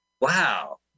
Wow